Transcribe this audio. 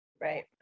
Right